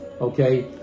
okay